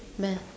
math